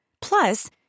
Plus